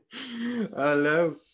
Hello